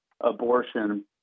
abortion